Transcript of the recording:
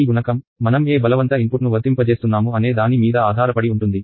ఈ గుణకం మనం ఏ బలవంత ఇన్పుట్ను వర్తింపజేస్తున్నాము అనే దాని మీద ఆధారపడి ఉంటుంది